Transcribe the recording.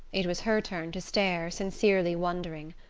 it was her turn to stare, sincerely wondering.